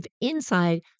inside